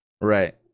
Right